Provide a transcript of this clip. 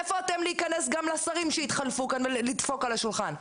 איפה אתם להיכנס גם לשרים שהתחלפו ולדפוק על השולחן,